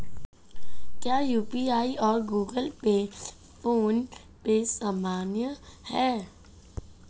क्या यू.पी.आई और Google Pay PhonePe समान हैं?